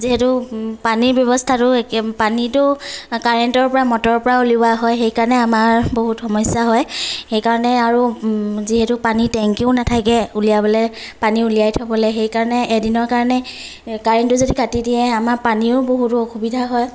যিহেতু পানীৰ ব্যৱস্থাটো একে পানীটো কাৰেন্টৰ পৰা মটৰৰ পৰা উলিওৱা হয় সেইকাৰণে আমাৰ বহুত সমস্যা হয় সেইকাৰণে আৰু যিহেতু পানীৰ টেঙ্কীও নাথাকে উলিয়াবলৈ পানী উলিয়াই থবলৈ সেই কাৰণে এদিনৰ কাৰণে কাৰেন্টটো যদি কাটি দিয়ে আমাৰ পানীৰো বহুতো অসুবিধা হয়